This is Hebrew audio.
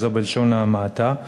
וזה בלשון המעטה.